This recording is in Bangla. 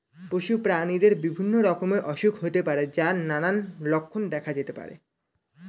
পশু প্রাণীদের বিভিন্ন রকমের অসুখ হতে পারে যার নানান লক্ষণ দেখা যেতে পারে